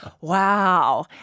wow